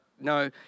No